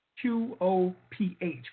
Q-O-P-H